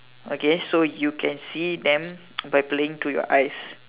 okay so you can see them by playing to your eyes